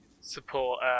support